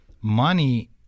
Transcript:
money